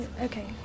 Okay